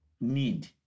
need